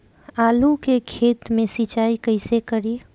आलू के खेत मे सिचाई कइसे करीं?